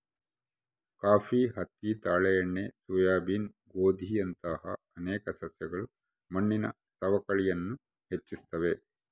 coffee ಹತ್ತಿ ತಾಳೆ ಎಣ್ಣೆ ಸೋಯಾಬೀನ್ ಗೋಧಿಯಂತಹ ಅನೇಕ ಸಸ್ಯಗಳು ಮಣ್ಣಿನ ಸವಕಳಿಯನ್ನು ಹೆಚ್ಚಿಸ್ತವ